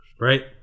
right